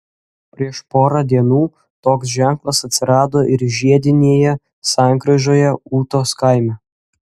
prieš porą dienų toks ženklas atsirado ir žiedinėje sankryžoje ūtos kaime